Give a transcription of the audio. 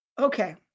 Okay